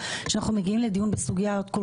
על כך שאנחנו מגיעים לדיון בסוגיות כל